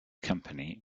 company